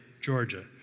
Georgia